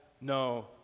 no